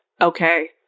Okay